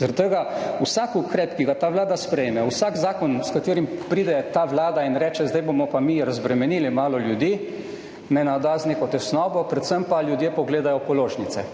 Zaradi tega me vsak ukrep, ki ga ta vlada sprejme, vsak zakon, s katerim pride ta vlada in reče, zdaj bomo pa mi malo razbremenili ljudi, navda z neko tesnobo, predvsem pa ljudje pogledajo položnice.